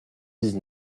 dix